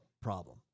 problem